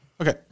okay